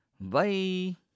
bye